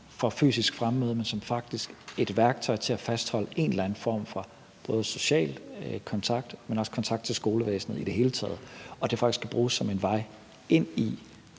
for fysisk fremmøde, men som et værktøj til at fastholde en eller anden form for både social kontakt, men også kontakt til skolevæsenet i det hele taget, og at det faktisk kan bruges som en vej ind i